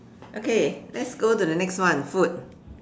okay let's go to the next one food